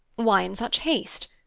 why in such haste?